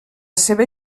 seva